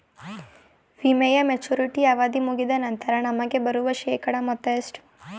ವಿಮೆಯ ಮೆಚುರಿಟಿ ಅವಧಿ ಮುಗಿದ ನಂತರ ನಮಗೆ ಬರುವ ಶೇಕಡಾ ಮೊತ್ತ ಎಷ್ಟು?